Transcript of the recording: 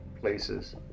places